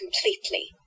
completely